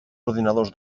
ordinadors